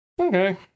okay